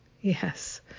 yes